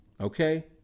okay